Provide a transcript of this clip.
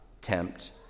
tempt